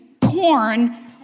porn